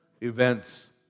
events